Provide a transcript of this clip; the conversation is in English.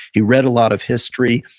he read a lot of history.